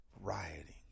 rioting